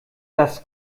das